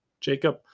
Jacob